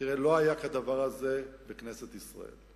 תראה, לא היה כדבר הזה בכנסת ישראל.